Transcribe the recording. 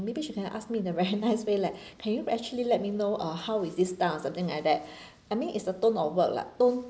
maybe she can ask me in a very nice way like can you actually let me know uh how is this done or something like that I mean it's the tone or word lah tone